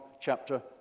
chapter